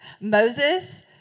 Moses